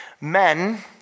Men